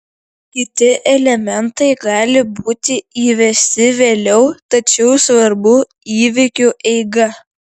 kiti elementai gali būti įvesti vėliau tačiau svarbu įvykių eiga